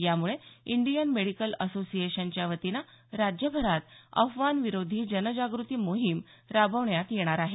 यामुळे Indian medical असोसिएशनच्या वतीनं राज्यभरात अफवांविरोधी जनजागृती मोहीम राबवण्यात येणार आहे